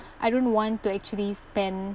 I don't want to actually spend